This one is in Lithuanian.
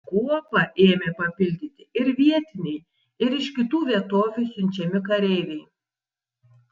kuopą ėmė papildyti ir vietiniai ir iš kitų vietovių siunčiami kareiviai